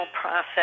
process